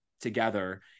Together